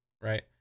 right